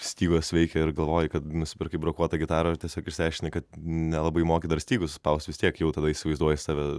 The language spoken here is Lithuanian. stygos veikia ir galvoji kad nusipirkai brokuotą gitarą ir tiesiog išsiaiškini kad nelabai moki dar stygų suspaust vis tiek jau tada įsivaizduoji save